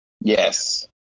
Yes